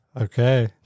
okay